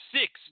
six